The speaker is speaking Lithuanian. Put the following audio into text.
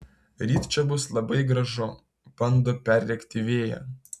ryt čia bus labai gražu bando perrėkti vėją